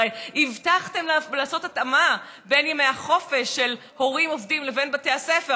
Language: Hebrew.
הרי הבטחתם לעשות התאמה בין ימי החופש של הורים עובדים לבין בתי הספר,